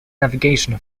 navigation